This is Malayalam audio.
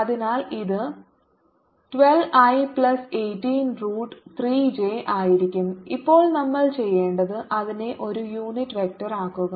അതിനാൽ ഇത് 12 i പ്ലസ് 18 റൂട്ട് 3 j ആയിരിക്കും ഇപ്പോൾ നമ്മൾ ചെയ്യേണ്ടത് അതിനെ ഒരു യൂണിറ്റ് വെക്ടറാക്കുക